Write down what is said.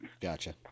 Gotcha